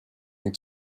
need